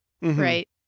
right